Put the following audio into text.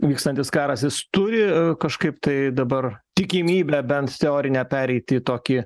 vykstantis karas jis turi kažkaip tai dabar tikimybę bent teorinę pereit į tokį